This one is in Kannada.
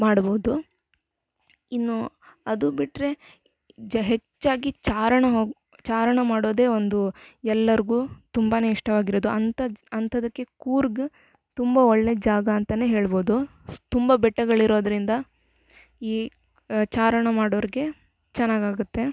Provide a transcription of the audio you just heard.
ಮಾಡ್ಬೋದು ಇನ್ನೂ ಅದು ಬಿಟ್ಟರೆ ಜ ಹೆಚ್ಚಾಗಿ ಚಾರಣ ಹೋ ಚಾರಣ ಮಾಡೋದೇ ಒಂದು ಎಲ್ಲರಿಗೂ ತುಂಬಾನೆ ಇಷ್ಟವಾಗಿರೋದು ಅಂಥದಕ್ಕೆ ಕೂರ್ಗ್ ತುಂಬಾ ಒಳ್ಳೆಯ ಜಾಗ ಅಂತಾನೆ ಹೇಳ್ಬೋದು ತುಂಬಾ ಬೆಟ್ಟಗಳಿರೋದರಿಂದ ಈ ಆ ಚಾರಣ ಮಾಡೋರಿಗೆ ಚೆನ್ನಾಗಾಗುತ್ತೆ